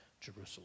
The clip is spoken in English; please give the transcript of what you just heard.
Jerusalem